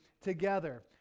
Together